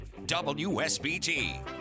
WSBT